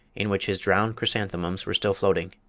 in which his drowned chrysanthemums were still floating,